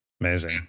Amazing